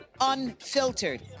unfiltered